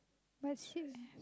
but Silk-Air